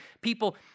people